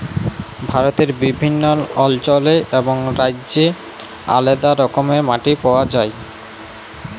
ভারতে বিভিল্ল্য অল্চলে এবং রাজ্যে আলেদা রকমের মাটি পাউয়া যায়